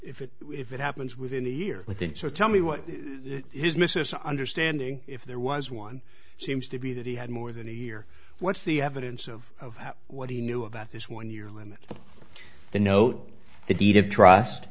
if it if it happens within a year within so tell me what his missis understanding if there was one seems to be that he had more than a year what's the evidence of what he knew about this one year limit the note the deed of trust